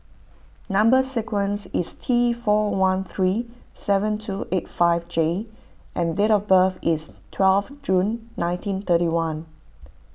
Number Sequence is T four one three seven two eight five J and date of birth is twelve June nineteen thirty one